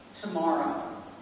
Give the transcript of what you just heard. tomorrow